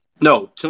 No